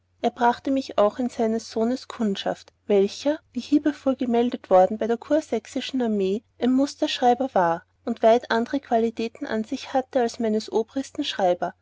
er brachte mich auch in seines sohns kundschaft welcher wie hiebevor bemeldet worden bei der kursächsischen armee ein musterschreiber war und weit andere qualitäten an sich hatte als meines obristen schreiber